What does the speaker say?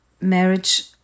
marriage